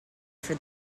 for